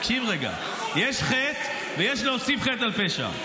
תקשיב רגע, יש חטא ויש להוסיף חטא על פשע.